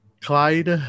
Clyde